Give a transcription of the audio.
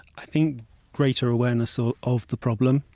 think greater awareness so of the problem.